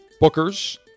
Booker's